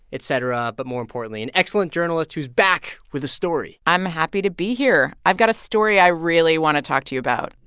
et cetera, but more importantly, an excellent journalist who's back with a story i'm happy to be here. i've got a story i really want to talk to you about.